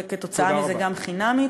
וכתוצאה מזה גם חינמית,